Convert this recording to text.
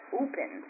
open